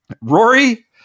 Rory